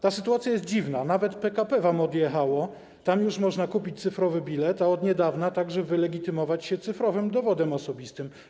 Ta sytuacja jest dziwna, nawet PKP wam odjechało, bo tam już można kupić cyfrowy bilet, a od niedawna także wylegitymować się cyfrowym dowodem osobistym.